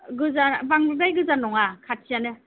गोजान बांद्राय गोजान नङा खाथियानो